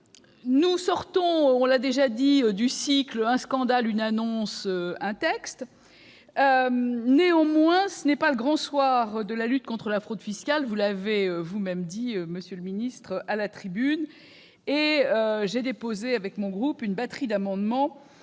Nous sortons, on l'a déjà dit, du cycle « un scandale, une annonce, un texte ». Néanmoins, ce n'est pas le grand soir de la lutte contre la fraude fiscale, comme vous l'avez vous-même reconnu à la tribune, monsieur le ministre. J'ai déposé avec mon groupe une batterie d'amendements,